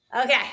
Okay